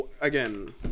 again